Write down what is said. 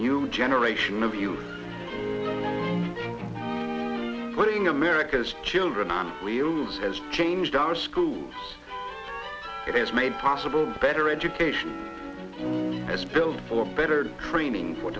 new generation of you running america's children on wheels as changed our schools it is made possible better education as build for better training for